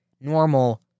normal